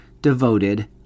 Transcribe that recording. devoted